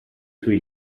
suoi